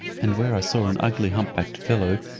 and where i saw an ugly hump backed fellow,